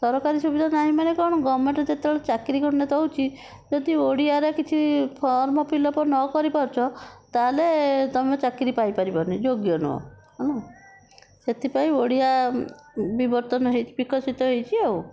ସରକାରୀ ସୁବିଧା ନାହିଁ ମାନେ କ'ଣ ଗଭର୍ଣ୍ଣମେଣ୍ଟ ଯେତେବେଳେ ଚାକିରି ଖଣ୍ଡେ ଦେଉଛି ଯଦି ଓଡ଼ିଆର କିଛି ଫର୍ମ ଫିଲପ୍ ନ କରିପାରୁଛ ତା'ହେଲେ ତୁମେ ଚାକିରି ପାଇପାରିବନି ଯୋଗ୍ୟ ନୁହେଁ ସେଥିପାଇଁ ଓଡ଼ିଆ ବିବର୍ତ୍ତନ ବିକଶିତ ହୋଇଛି ଆଉ